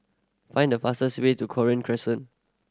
find the fastest way to Cochrane Crescent